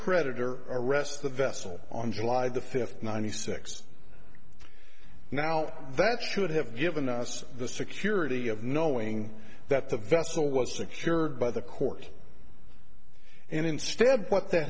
creditor arrests the vessel on july the fifth ninety six now that should have given us the security of knowing that the vessel was secured by the court and instead what that